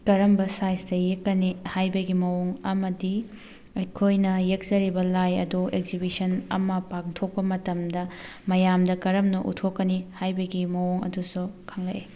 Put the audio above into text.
ꯀꯔꯝꯕ ꯁꯥꯏꯖꯇ ꯌꯦꯛꯀꯅꯤ ꯍꯥꯏꯕꯒꯤ ꯃꯑꯣꯡ ꯑꯃꯗꯤ ꯑꯩꯈꯣꯏꯅ ꯌꯦꯛꯆꯔꯤꯕ ꯂꯥꯏ ꯑꯗꯨ ꯑꯦꯛꯖꯤꯕꯤꯁꯟ ꯑꯃ ꯄꯥꯡꯊꯣꯛꯄ ꯃꯇꯝꯗ ꯃꯌꯥꯝꯗ ꯀꯔꯝꯅ ꯎꯠꯊꯣꯛꯀꯅꯤ ꯍꯥꯏꯕꯒꯤ ꯃꯑꯣꯡ ꯑꯗꯨꯁꯨ ꯈꯪꯂꯛꯏ